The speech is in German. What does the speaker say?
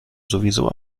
sowieso